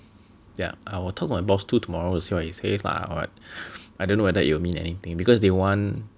yeah I will talk to my boss too tomorrow to see what he says lah but I don't know whether it'll mean anything because they want